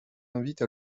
invite